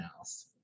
else